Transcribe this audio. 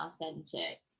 authentic